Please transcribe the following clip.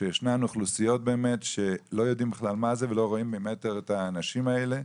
שישנן אוכלוסיות שלא יודעים מה הן ולא רואים ממטר את האנשים האלה.